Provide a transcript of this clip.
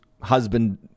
husband